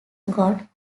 god